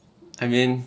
I mean